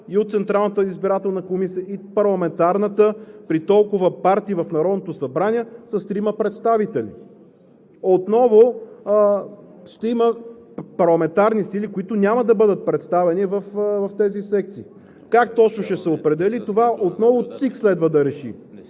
и от Централната избирателна комисия, и парламентарната – при толкова партии в Народното събрание, с трима представители! Отново ще има парламентарни сили, които няма да бъдат представени в тези секции. Как точно ще се определи това, отново ЦИК следва да реши